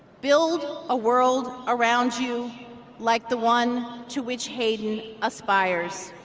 build a world around you like the one to which hayden aspires